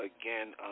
again